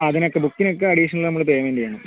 അതിനൊക്കെ ബുക്കിനൊക്കെ അഡിഷണൽ നമ്മൾ പേയ്മെൻറ്റ് ചെയ്യണം